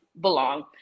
belong